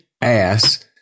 ass